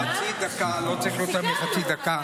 לא צריך יותר מחצי דקה.